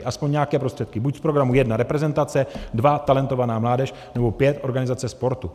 Aspoň nějaké prostředky, buď z programu 1 reprezentace, 2 talentovaná mládež, nebo 5 organizace sportu.